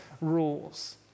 Rules